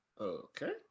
Okay